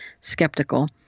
skeptical